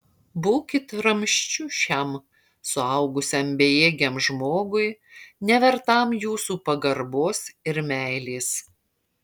būkit ramsčiu šiam suaugusiam bejėgiam žmogui nevertam jūsų pagarbos ir meilės